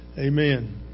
amen